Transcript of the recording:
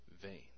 vain